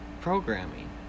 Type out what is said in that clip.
programming